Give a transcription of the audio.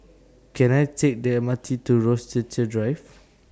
Can I Take The M R T to Rochester Drive